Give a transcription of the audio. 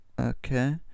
okay